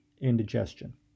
indigestion